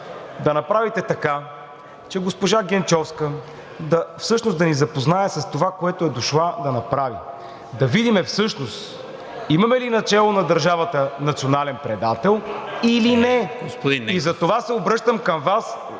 да направите така, че госпожа Генчовска всъщност да ни запознае с това, което е дошла да направи: да видим всъщност имаме ли начело на държавата национален предател или не? ПРЕДСЕДАТЕЛ НИКОЛА МИНЧЕВ: